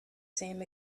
same